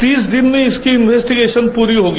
तीस दिन में इसकी इन्वेस्टीगेशन प्ररी होगी